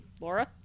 Laura